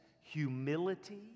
humility